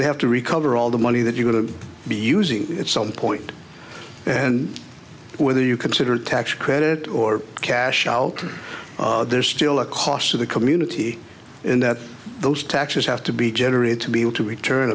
they have to recover all the money that you will be using it's on point and whether you consider a tax credit or cash out there's still a cost to the community in that those taxes have to be generated to be able to return